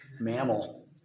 mammal